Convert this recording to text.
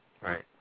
Right